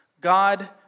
God